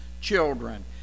children